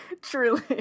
truly